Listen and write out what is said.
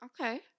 Okay